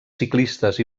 ciclistes